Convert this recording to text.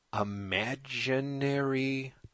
imaginary